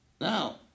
Now